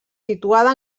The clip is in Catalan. situada